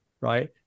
right